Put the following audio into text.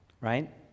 right